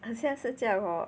很像是叫我